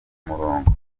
murongo